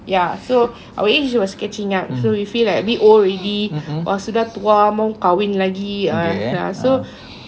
ya so our age was catching up so we feel like we old !wah! sudah tua mahu kahwin lagi ha ya so